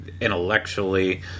intellectually